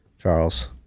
Charles